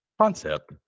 concept